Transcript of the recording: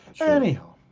Anyhow